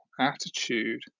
attitude